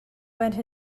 went